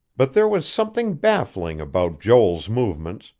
but there was something baffling about joel's movements,